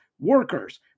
Workers